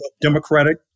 democratic